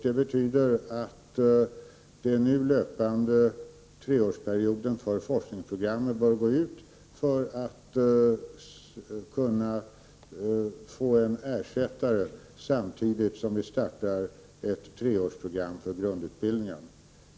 Det betyder att den nu löpande treårsperioden för forskningsprogram bör gå ut för att det skall kunna ske en ersättning samtidigt som vi startar ett treårsprogram för grundutbildningen.